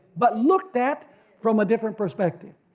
but looked at from a different perspective.